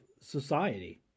society